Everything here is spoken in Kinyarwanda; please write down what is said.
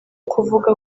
kuvuga